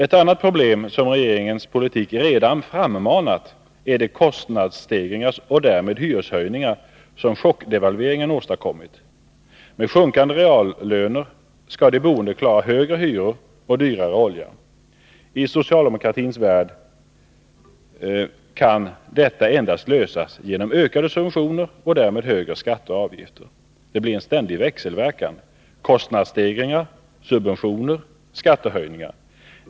Ett annat problem som regeringens politik redan frammanat är de kostnadsstegringar och därmed hyreshöjningar som chockdevalveringen åstadkommit. Med sjunkande reallöner skall de boende klara högre hyror och dyrare olja. I socialdemokratins värld kan detta lösas endast genom ökade subventioner och därmed högre skatter och avgifter. Det blir en ständig växelverkan. Kostnadsstegringar — subventioner — skattehöjningar.